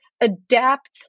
adapt